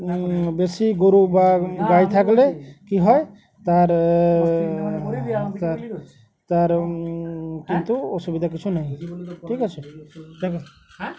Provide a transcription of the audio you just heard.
বেশি গরু বা গায়ে থাকলে কী হয় তার তার কিন্তু অসুবিধা কিছু নেই ঠিক আছে দেখো হ্যাঁ